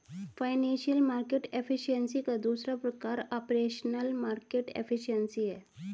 financial market efficiency का दूसरा प्रकार ऑपरेशनल मार्केट एफिशिएंसी है